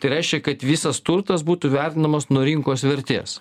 tai reiškia kad visas turtas būtų vertinamas nuo rinkos vertės